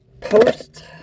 post